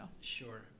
Sure